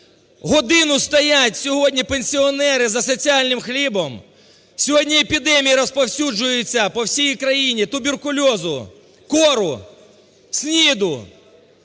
Годину стоять сьогодні пенсіонери за соціальним хлібом. Сьогодні епідемії розповсюджуються по всій країні туберкульозу, кору, СНІДу,